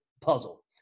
puzzle